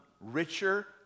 richer